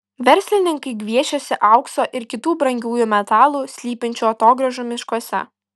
verslininkai gviešiasi aukso ir kitų brangiųjų metalų slypinčių atogrąžų miškuose